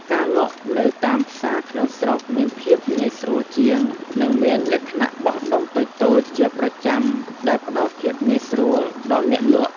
ការលក់នៅតាមផ្សារក្នុងស្រុកមានភាពងាយស្រួលជាង និងមានលក្ខណៈបោះដុំតូចៗជាប្រចាំដែលផ្តល់ភាពងាយស្រួលដល់អ្នកលក់។